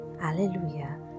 Alleluia